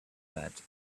that